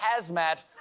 hazmat